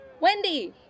Wendy